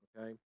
okay